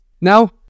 now